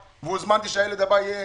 והוזמנתי שהילד הבא יהיה